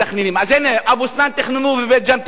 הנה, אבו-סנאן תכננו ובית-ג'ן תכננו.